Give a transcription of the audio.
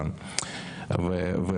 זה בכל מיני מישורים,